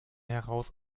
heraus